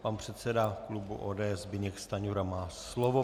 Pan předseda klubu ODS Zbyněk Stanjura má slovo.